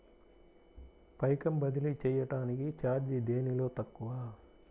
పైకం బదిలీ చెయ్యటానికి చార్జీ దేనిలో తక్కువ?